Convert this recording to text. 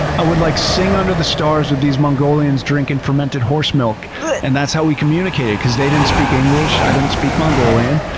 i would like sing under the stars with these mongolians drinking fermented horse milk and that's how we communicated because they didn't speak english, i didn't speak mongolian.